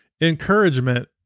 encouragement